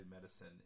medicine